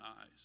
eyes